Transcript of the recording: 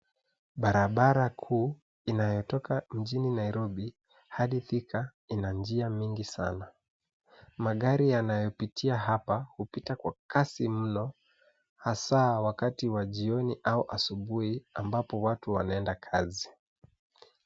Barabara kuu inayotoka mjini Nairobi hadi Thika ina njia mingi sana. Magari yanayopitia hapa hupita kwa kasi mno hasa wakati wa jioni au asubuhi ambapo watu wanaenda kazi.